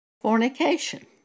fornication